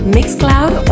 Mixcloud